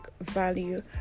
value